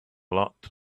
lot